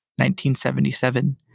1977